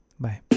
bye